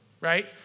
right